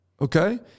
Okay